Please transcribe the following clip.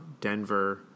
Denver